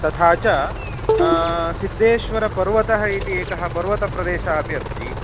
तथा च सिद्देश्वरपर्वतः इति एकः पर्वतप्रदेशः अपि अस्ति